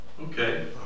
Okay